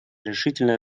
решительное